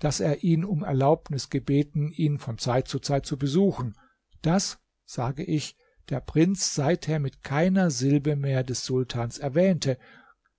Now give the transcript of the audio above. daß er ihn um erlaubnis gebeten ihn von zeit zu zeit zu besuchen daß sage ich der prinz seither mit keiner silbe mehr des sultans erwähnte